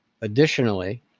Additionally